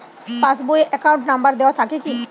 Pass বই এ account number দেওয়া থাকে কি?